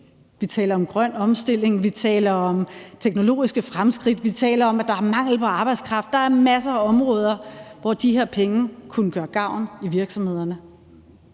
Vi taler om grøn omstilling. Vi taler om teknologiske fremskridt. Vi taler om, at der er mangel på arbejdskraft. Der er masser af områder, hvor de her penge kunne gøre gavn i virksomhederne.